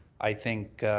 i think